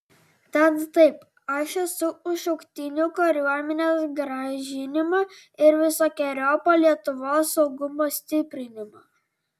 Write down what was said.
tad taip aš esu už šauktinių kariuomenės grąžinimą ir visokeriopą lietuvos saugumo stiprinimą